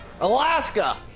Alaska